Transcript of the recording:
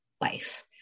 life